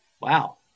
Wow